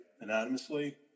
anonymously